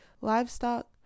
livestock